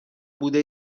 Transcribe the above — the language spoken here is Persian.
بوده